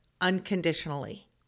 unconditionally